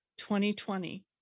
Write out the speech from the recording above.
2020